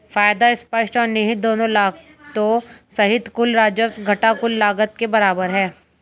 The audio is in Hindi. फायदा स्पष्ट और निहित दोनों लागतों सहित कुल राजस्व घटा कुल लागत के बराबर है